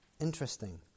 Interesting